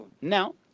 Now